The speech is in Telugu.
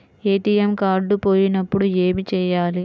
ఏ.టీ.ఎం కార్డు పోయినప్పుడు ఏమి చేయాలి?